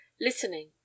listening